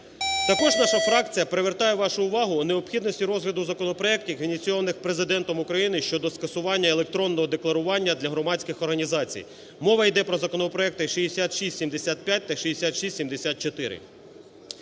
Також наша фракція привертає вашу увагу на необхідності розгляду законопроектів, ініційованих Президентом України щодо скасування електронного декларування для громадських організацій. Мова йде про законопроекти 6675 та 6674.